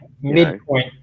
midpoint